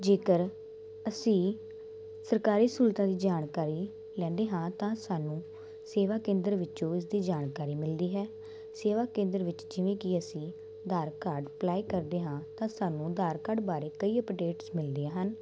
ਜੇਕਰ ਅਸੀਂ ਸਰਕਾਰੀ ਸਹੂਲਤਾਂ ਦੀ ਜਾਣਕਾਰੀ ਲੈਂਦੇ ਹਾਂ ਤਾਂ ਸਾਨੂੰ ਸੇਵਾ ਕੇਂਦਰ ਵਿੱਚੋਂ ਉਸ ਦੀ ਜਾਣਕਾਰੀ ਮਿਲਦੀ ਹੈ ਸੇਵਾ ਕੇਂਦਰ ਵਿੱਚ ਜਿਵੇਂ ਕਿ ਅਸੀਂ ਆਧਾਰ ਕਾਡ ਅਪਲਾਈ ਕਰਦੇ ਹਾਂ ਤਾਂ ਸਾਨੂੰ ਆਧਾਰ ਕਾਰਡ ਬਾਰੇ ਕਈ ਅਪਡੇਟਸ ਮਿਲਦੀਆਂ ਹਨ